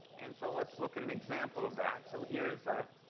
and so let's look at an example of that. so here is a